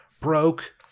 broke